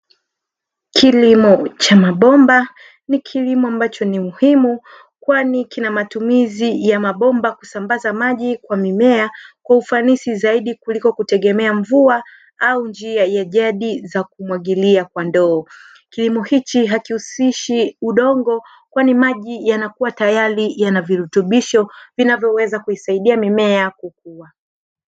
Kilimo cha mabomba ni kilimo ambacho ni muhimu kwani kina matumizi ya mabomba kusambaza maji kwa mimea kwa ufanisi zaidi kuliko kutegema mvua ama njia ya jadi kumwagilia kwa ndoo kilimo hichi hakihusishi udongo kwani maji yanayuka na virutubishi vinavyoweza kuisaidia mimea kukua.